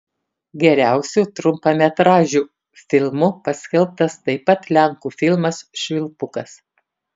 geriausiu trumpametražiu filmu paskelbtas taip pat lenkų filmas švilpukas